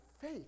faith